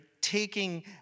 taking